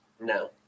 No